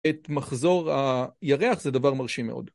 את מחזור הירח זה דבר מרשים מאוד.